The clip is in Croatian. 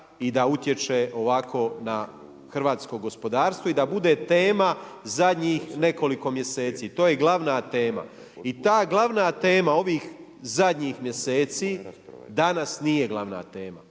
i da utječe ovako na hrvatsko gospodarstvo i da bude tema zadnjih nekoliko mjeseci. To je glavna tema. I ta glavna tema ovih zadnjih mjeseci danas nije glavna tema,